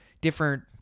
different